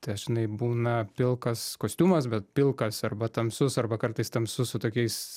dažnai būna pilkas kostiumas bet pilkas arba tamsus arba kartais tamsus su tokiais